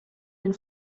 den